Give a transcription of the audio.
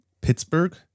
Pittsburgh